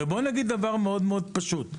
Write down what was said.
הרי בואו נגיד דבר מאוד מאוד פשוט,